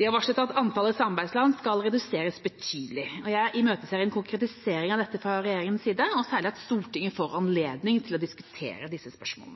De har varslet at antallet samarbeidsland skal reduseres betydelig. Jeg imøteser en konkretisering av dette fra regjeringas side, og særlig at Stortinget får anledning til å